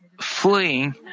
fleeing